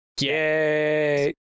Yay